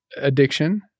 addiction